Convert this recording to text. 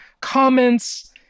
comments